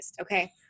Okay